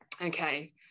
okay